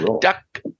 Duck